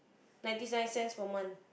ninety nine cents per month